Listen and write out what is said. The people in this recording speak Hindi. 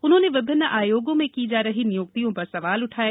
उन्होंने विभिन्न आयोगों में की जा रही नियुक्तियों पर सवाल उठाये